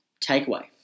takeaway